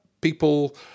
people